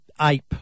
ape